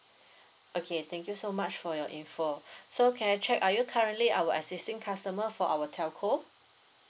okay thank you so much for your information so can I check are you currently our existing customer for our telco